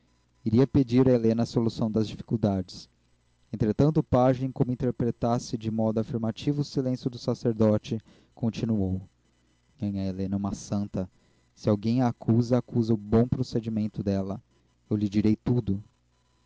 iria pedir a helena a solução das dificuldades entretanto o pajem como interpretasse de modo afirmativo o silêncio do sacerdote continuou nhanhã helena é uma santa se alguém a acusa acusa o bom procedimento dela eu lhe direi tudo